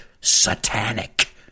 satanic